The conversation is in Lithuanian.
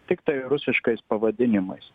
tiktai rusiškais pavadinimais